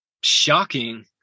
shocking